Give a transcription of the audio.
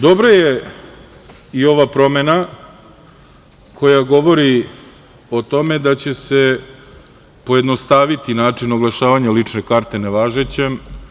Dobra je i ova promena koja govori o tome da će se pojednostaviti način oglašavanja lične karte nevažećem.